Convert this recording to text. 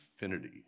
infinity